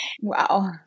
Wow